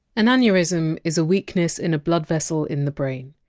an aneurysm is a weakness in a blood vessel in the brain.